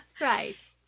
Right